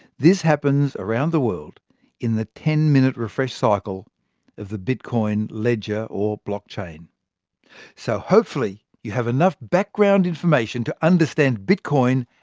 this happens around the world in the ten minute refresh cycle of the bitcoin ledger blockchain. so hopefully, you have enough background information to understand bitcoin,